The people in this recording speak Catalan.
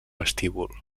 vestíbul